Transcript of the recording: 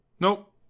Nope